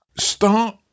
Start